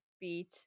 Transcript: beat